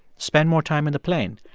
spend more time in the plane,